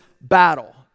battle